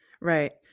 Right